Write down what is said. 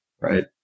Right